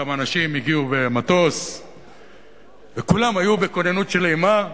כמה אנשים הגיעו במטוס וכולם היו בכוננות של אימה.